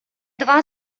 два